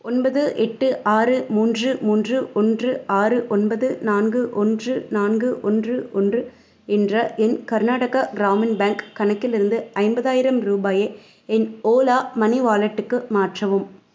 ஒன்பது எட்டு ஆறு மூன்று மூன்று ஒன்று ஆறு ஒன்பது நான்கு ஒன்று நான்கு ஒன்று ஒன்று என்ற என் கர்நாடகா கிராமின் பேங்க் கணக்கிலிருந்து ஐம்பதாயிரம் ரூபாயை என் ஓலா மனி வாலெட்டுக்கு மாற்றவும்